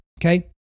okay